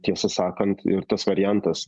tiesą sakant ir tas variantas